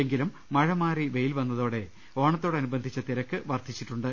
എങ്കിലും മഴ മാറി വെയിൽ വന്നതോടെ ഓണത്തോടനുബന്ധിച്ച തിരക്ക് വർദ്ധിച്ചിട്ടുണ്ട്